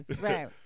right